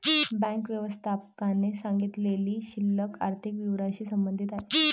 bank व्यवस्थापकाने सांगितलेली शिल्लक आर्थिक विवरणाशी संबंधित आहे